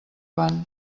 van